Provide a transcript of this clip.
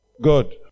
Good